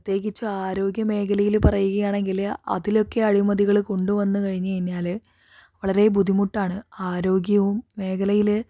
അപ്പോൾ പ്രത്യേകിച്ച് ആരോഗ്യ മേഖലയില് പറയുകയാണെങ്കില് അതിലൊക്കെ അഴിമതികള് കൊണ്ട് വന്ന് കഴിഞ്ഞ് കഴിഞ്ഞാല് വളരെ ബുദ്ധിമുട്ടാണ് ആരോഗ്യവും മേഖലയില്